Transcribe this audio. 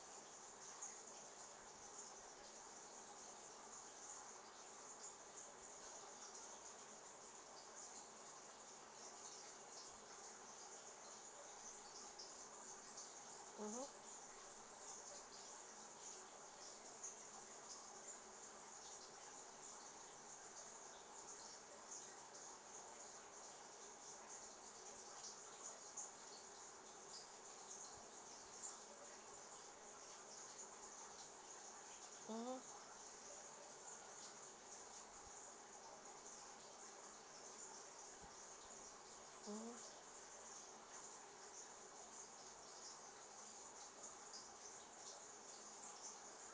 mmhmm mmhmm mmhmm